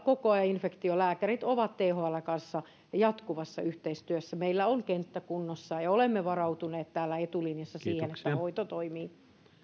koko ajan infektiolääkärit ovat thln kanssa jatkuvassa yhteistyössä meillä on kenttä kunnossa ja ja olemme varautuneet täällä etulinjassa siihen että hoito toimii